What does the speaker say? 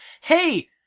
Hey